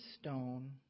stone